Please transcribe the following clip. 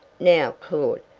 now, claud,